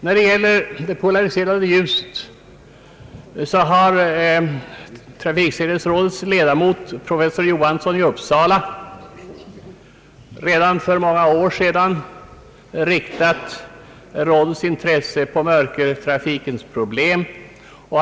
I frågan om det polariserade ljuset bör framhållas att ledamoten av trafiksäkerhetsrådet professor Gunnar Johansson redan för många år sedan riktade rådets uppmärksamhet på mörkertrafikens problem.